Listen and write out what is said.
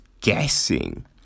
guessing